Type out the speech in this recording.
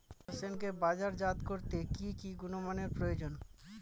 হোসেনকে বাজারজাত করতে কি কি গুণমানের প্রয়োজন?